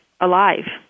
alive